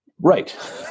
Right